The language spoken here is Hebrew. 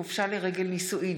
חופשה לרגל נישואין),